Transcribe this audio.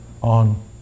on